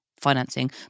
financing